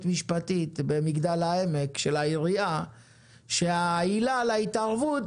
משפטית בעירייה במגדל העמק שהעילה להתערבות,